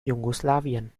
jugoslawien